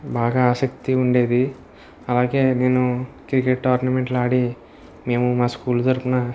బాగా ఆసక్తి ఉండేది అలాగే నేను క్రికెట్ టోర్నమెంట్లు ఆడి మేము మా స్కూల్ తరపున